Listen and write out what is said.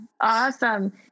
Awesome